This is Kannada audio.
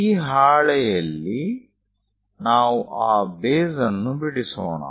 ಈ ಹಾಳೆಯಲ್ಲಿ ನಾವು ಆ ಬೇಸ್ ಅನ್ನು ಬಿಡಿಸೋಣ